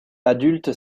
adulte